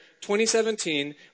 2017